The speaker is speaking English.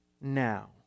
now